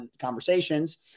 conversations